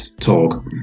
talk